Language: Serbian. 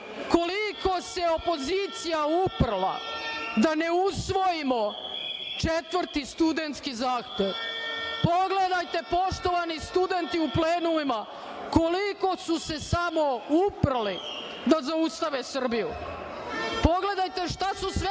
koliko se opozicija uprla da ne usvojimo četvrti studentski zahtev, pogledajte poštovani studenti u plenumima koliko su se samo uprli da zaustave Srbiju. Pogledajte šta su sve